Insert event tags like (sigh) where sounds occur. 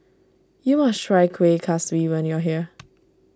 you must try Kueh Kaswi when you are here (noise)